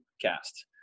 cast